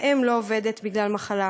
האם לא עובדת בגלל מחלה.